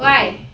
why